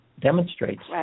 demonstrates